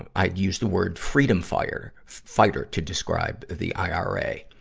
ah, i'd used the word freedom fire, fighter to describe the ira.